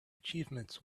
achievements